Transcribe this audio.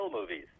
movies